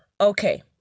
Okay